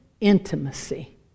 intimacy